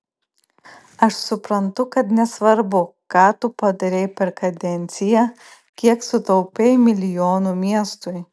aš suprantu kad nesvarbu ką tu padarei per kadenciją kiek sutaupei milijonų miestui